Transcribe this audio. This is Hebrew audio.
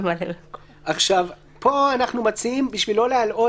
אנחנו מציעים בשביל לא להלאות